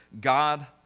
God